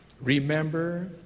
Remember